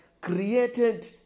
created